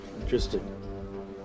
Interesting